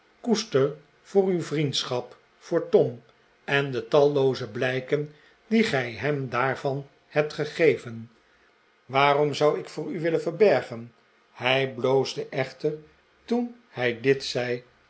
koester voor uw vriendschap voor tom en de tallooze blijken die gij hem daarvan hebt gegeven waarom zou ik voor u willen verbergen hij bloosde echter toen hij dit zei